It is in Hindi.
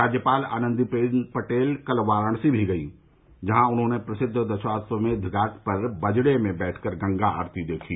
राज्यपाल आनन्दीबेन पटेल कल वाराणसी भी गयीं जहां उन्होंने प्रसिद्ध दशाश्वमेघ घाट पर बजड़े में बैठकर गंगा आरती देखी